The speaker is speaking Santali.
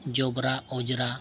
ᱡᱚᱵᱽᱨᱟ ᱚᱸᱡᱽᱨᱟ